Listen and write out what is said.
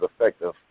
effective